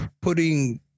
putting